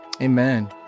amen